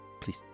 Please